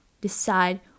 decide